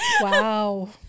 Wow